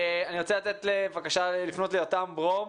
אני רוצה לפנות ליותם ברום,